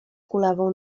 kulawą